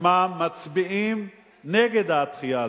עצמם מצביעים נגד הדחייה הזאת,